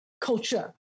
culture